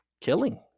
killing